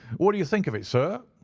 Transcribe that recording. what do you think of it, sir?